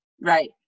right